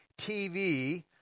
TV